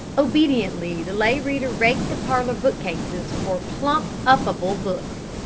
obediently the lay reader raked the parlor book-cases for plump-upable books.